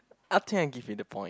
I think I'll give you the point